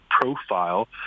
profile